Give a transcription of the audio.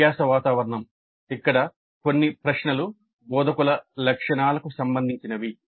అభ్యాస వాతావరణం ఇక్కడ కొన్ని ప్రశ్నలు బోధకుల లక్షణాలకు సంబంధించినవి